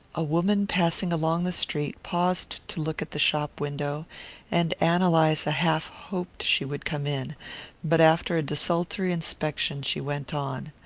a woman passing along the street paused to look at the shop-window, and ann eliza half hoped she would come in but after a desultory inspection she went on.